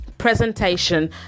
presentation